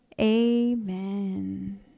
amen